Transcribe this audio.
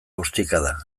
ostikada